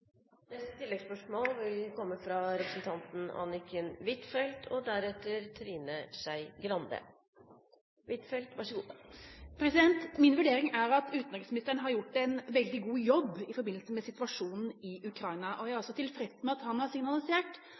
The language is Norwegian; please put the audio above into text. Anniken Huitfeldt – til oppfølgingsspørsmål. Min vurdering er at utenriksministeren har gjort en veldig god jobb i forbindelse med situasjonen i Ukraina. Jeg er også tilfreds med at han har signalisert